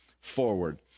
forward